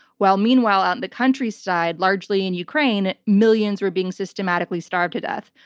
while meanwhile, out in the countryside, largely in ukraine, millions were being systematically starved to death.